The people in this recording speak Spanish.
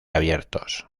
abiertos